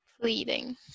pleading